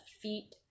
feet